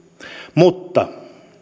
mutta